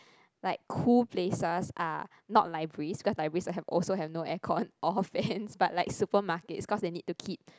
like cool places are not libraries because libraries have also have no aircon all fans but like supermarket cause they need to keep